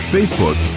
Facebook